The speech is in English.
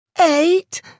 eight